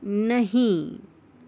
نہیں